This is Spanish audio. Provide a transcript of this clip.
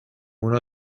uno